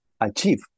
achieve